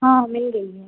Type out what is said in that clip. हाँ मिल गई है